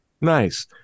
Nice